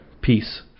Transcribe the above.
Peace